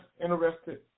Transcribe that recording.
interested